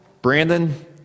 Brandon